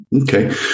Okay